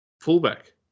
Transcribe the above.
fullback